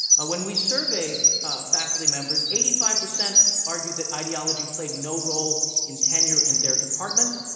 ah when we surveyed ah faculty members, eighty five percent argued that ideology played no role in tenure in their department.